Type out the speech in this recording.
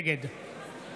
נגד